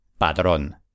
Padrón